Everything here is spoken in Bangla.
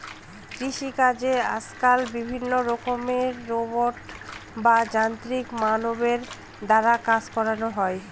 কৃষিকাজে আজকাল বিভিন্ন রকমের রোবট বা যান্ত্রিক মানবের দ্বারা কাজ করানো হয়